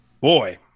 boy